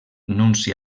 nunci